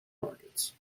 markets